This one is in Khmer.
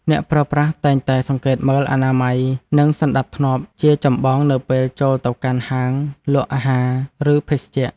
អ្នកប្រើប្រាស់តែងតែសង្កេតមើលអនាម័យ និងសណ្តាប់ធ្នាប់ជាចម្បងនៅពេលចូលទៅកាន់ហាងលក់អាហារ និងភេសជ្ជៈ។